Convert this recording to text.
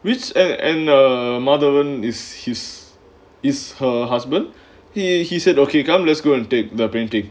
which a~ and madhavan his his his her husband he he said okay come let's go and take the painting